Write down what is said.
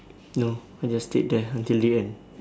no I just stayed there until the end